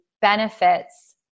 benefits